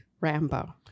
Rambo